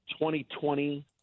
2020